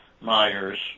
Myers